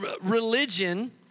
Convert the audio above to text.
religion